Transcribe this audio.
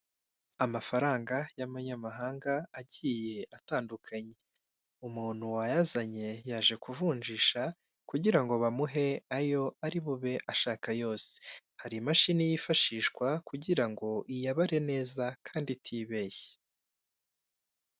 Amafaranga y'amahanga agiye atandukanye, umuntu wayazanye yaje kuvunjisha kugira ngo bamuhe ayo ari bube ashaka yose, hari imashini yifashishwa kugira ngo ibare neza kandi itibeshye.